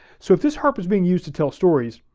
so this harp is being used to tell stories,